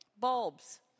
Bulbs